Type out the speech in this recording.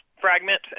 fragment